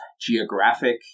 geographic